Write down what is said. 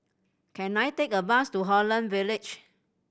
can I take a bus to Holland Village